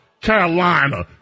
Carolina